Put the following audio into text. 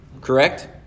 Correct